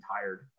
tired